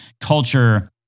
culture